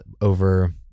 over